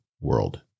world